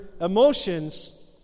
emotions